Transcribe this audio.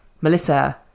Melissa